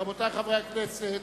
רבותי חברי הכנסת,